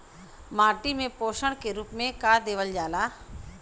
माटी में पोषण के रूप में का देवल जाला?